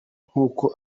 nk’uko